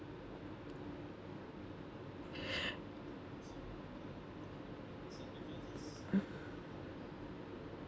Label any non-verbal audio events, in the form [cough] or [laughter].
[breath]